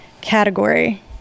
category